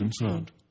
concerned